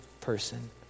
person